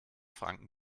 franken